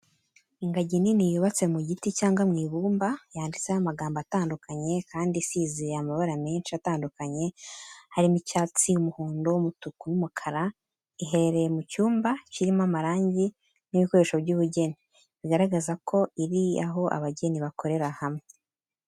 Ingagi nini yubatse mu giti cyangwa mu ibumba, yanditseho amagambo atandukanye kandi isize amabara menshi atandukanye harimo icyatsi, umuhondo, umutuku n'umukara. Iherereye mu cyumba kirimo amarangi n’ibikoresho by’ubugeni, bigaragaza ko iri mu aho abageni bakorera hamwe.